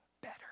better